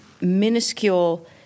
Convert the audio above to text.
minuscule